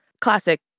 Classic